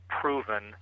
proven